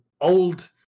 old